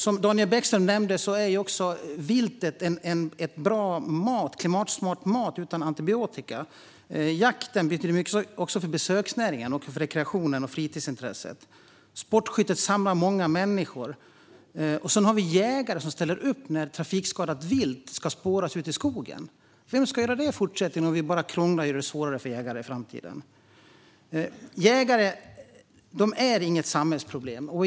Som Daniel Bäckström nämnde är vilt bra, klimatsmart mat utan antibiotika. Jakten betyder mycket också för besöksnäringen och som rekreation och fritidsintresse. Sportskyttet samlar många människor. Och vi har jägare som ställer upp när trafikskadat vilt ska spåras ute i skogen. Vem ska göra det i fortsättningen om vi bara krånglar och gör det svårare för jägare? Jägare är inget samhällsproblem.